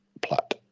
Platt